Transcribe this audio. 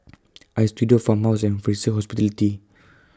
Istudio Farmhouse and Fraser Hospitality